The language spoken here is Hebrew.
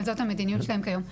אבל זאת המדיניות שלהם כיום.